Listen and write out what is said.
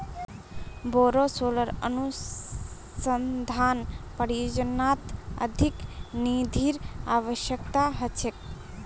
बोरो सोलर अनुसंधान परियोजनात अधिक निधिर अवश्यकता ह छेक